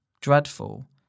dreadful